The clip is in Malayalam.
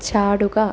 ചാടുക